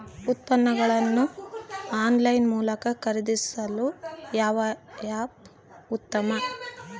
ಉತ್ಪನ್ನಗಳನ್ನು ಆನ್ಲೈನ್ ಮೂಲಕ ಖರೇದಿಸಲು ಯಾವ ಆ್ಯಪ್ ಉತ್ತಮ?